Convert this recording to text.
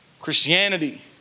Christianity